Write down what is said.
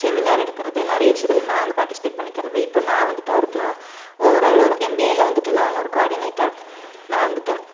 seminar எடுக்கிறது நிறைய விஷயத்தில் நாங்கள் பார்ட்டிசிபேட் பண்ணிக்கிறது இப்போ நான் வந்துட்டு க்ல ஓவரால் எம்பிஏல வந்துட்டு நாங்கள் ஒரு குவாடினேட்டர் நான் வந்துட்டு